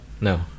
No